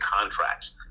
contracts